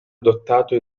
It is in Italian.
adottato